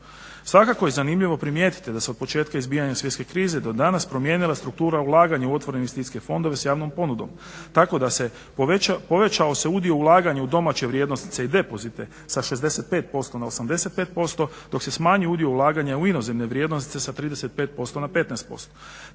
Svakako je zanimljivo primijetiti da se od početka izbijanja svjetske krize do danas promijenila struktura ulaganja u otvorene investicijske fondove sa javnom ponudom tako da se, povećao se udio ulaganja u domaće vrijednosnice i depozite sa 65% na 85% dok se smanjio udio ulaganja u inozemne vrijednosnice sa 35% na 15%.